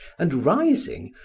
and, rising,